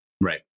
Right